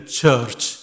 church